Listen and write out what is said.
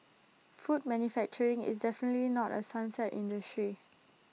food manufacturing is definitely not A sunset industry